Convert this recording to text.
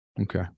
Okay